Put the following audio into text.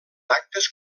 actes